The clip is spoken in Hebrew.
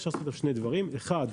ויש אפשרות לעשות שני דברים -- נתנאל,